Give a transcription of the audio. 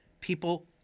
people